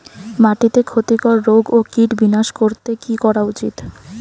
মাটিতে ক্ষতি কর রোগ ও কীট বিনাশ করতে কি করা উচিৎ?